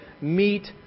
meet